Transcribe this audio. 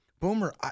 Boomer